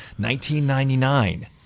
1999